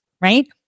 right